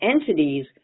entities